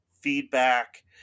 feedback